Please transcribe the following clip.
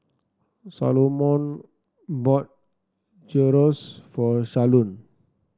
Salomon bought Gyros for Shalon